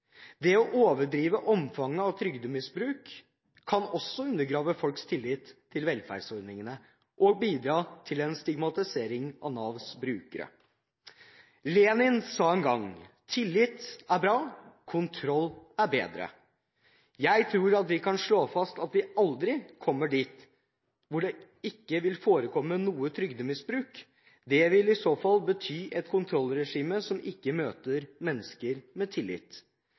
Det å overdrive omfanget av trygdemisbruk kan også undergrave folks tillit til velferdsordningene og bidra til en stigmatisering av Navs brukere. Lenin sa en gang: Tillit er bra, kontroll er bedre. Jeg tror vi kan slå fast at vi aldri kommer dit hvor det ikke vil forekomme noe trygdemisbruk. Det vil i så fall bety et kontrollregime som ikke møter mennesker med tillit.